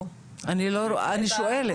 אני לא רואה, אני שואלת.